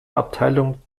abteilung